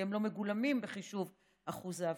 והם לא מגולמים בחישוב אחוז האבטלה.